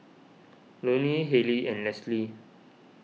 Loney Halley and Leslie